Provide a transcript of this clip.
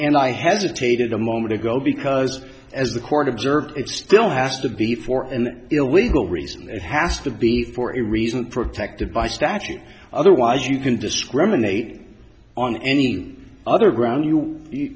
and i hesitated a moment ago because as the court observed it still has to be for an illegal reason it has to be for a reason protected by statute otherwise you can discriminate on any other ground you you